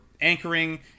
anchoring